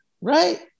right